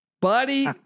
buddy